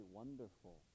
wonderful